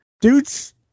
dudes